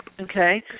Okay